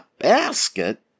basket